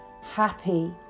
happy